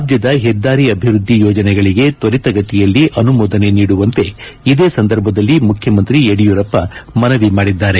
ರಾಜ್ಯದ ಹೆದ್ದಾರಿ ಅಭಿವೃದ್ದಿ ಯೋಜನೆಗಳಿಗೆ ತ್ವರಿತಗತಿಯಲ್ಲಿ ಅನುಮೋದನೆ ನೀಡುವಂತೆ ಇದೇ ಸಂದರ್ಭದಲ್ಲಿ ಮುಖ್ಯಮಂತ್ರಿ ಯಡಿಯೂರಪ್ಪ ಮನವಿ ಮಾಡಿದ್ದಾರೆ